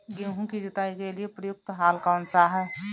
गेहूँ की जुताई के लिए प्रयुक्त हल कौनसा है?